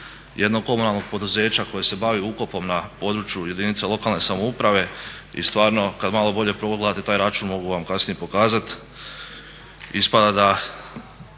jednog komunalnog poduzeća koje se bavi ukopom na području jedinice lokalne samouprave i stvarno kad malo bolje pogledate taj račun, mogu vam kasnije pokazati,